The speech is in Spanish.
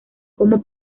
como